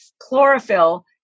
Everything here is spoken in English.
Chlorophyll